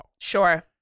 Sure